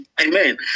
Amen